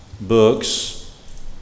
books